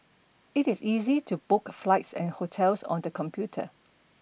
it is easy to book flights and hotels on the computer